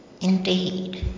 Indeed